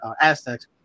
Aztecs